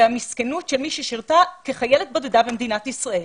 והמסכנות של מי ששירתה כחיילת בודדה במדינת ישראל